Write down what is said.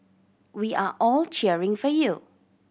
we are all cheering for you